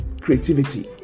creativity